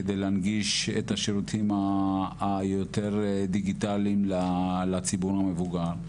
כדי להנגיש את השירותים היותר דיגיטליים לציבור המבוגר.